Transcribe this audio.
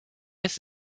this